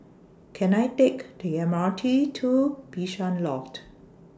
Can I Take The M R T to Bishan Loft